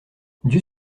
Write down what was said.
dieu